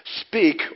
Speak